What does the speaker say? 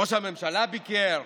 ראש הממשלה ביקר,